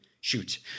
shoot